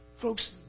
Folks